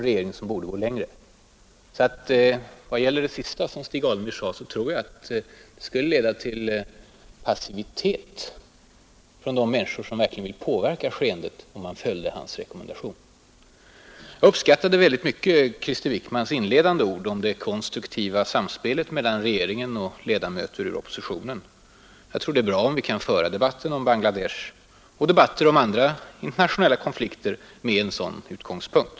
Jag tror att det skulle leda till passivitet från de människor som verkligen vill påverka skeendet, om man följde Stig Alemyrs rekommendation. Jag uppskattade mycket Krister Wickmans inledande ord om det konstruktiva samspelet mellan regeringen och ledamöter ur oppositionen. Jag tror att det vore bra, om vi kunde föra debatten om Bangla Desh och debatten om andra internationella konflikter från en sådan utgångspunkt.